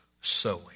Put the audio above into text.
Sowing